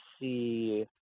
see